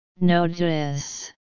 Notice